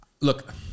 Look